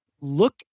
look